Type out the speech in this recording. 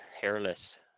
hairless